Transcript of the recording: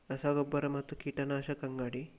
ರಸ ಗೊಬ್ಬರ ಮತ್ತು ಕೀಟನಾಶಕ ಅಂಗಡಿ